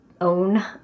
own